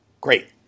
great